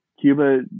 Cuba